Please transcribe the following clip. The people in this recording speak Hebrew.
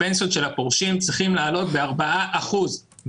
הפנסיות של הפורשים צריכות לעלות ב-4 אחוזים.